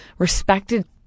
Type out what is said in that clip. Respected